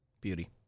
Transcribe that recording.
Beauty